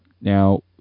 Now